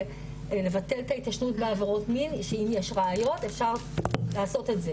לבטל את ההתיישנות בעבירות מין שאם יש ראיות לעשות את זה,